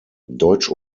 deutsch